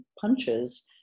punches